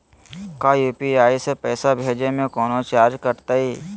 का यू.पी.आई से पैसा भेजे में कौनो चार्ज कटतई?